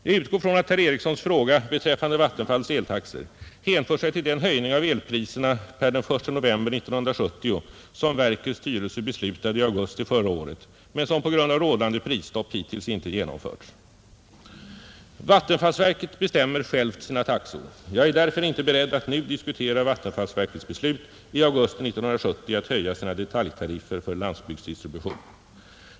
Jag utgår från att herr Erikssons fråga beträffande Vattenfalls eltaxor hänför sig till den höjning av elpriserna per den 1 november 1970, som verkets styrelse beslutade i augusti förra året men som på grund av rådande prisstopp hittills inte genomförts. Vattenfallsverket bestämmer självt sina taxor. Jag är därför inte beredd att nu diskutera vattenfallsverkets beslut i augusti 1970 att höja sina detaljtariffer för landsbygdsdistribution.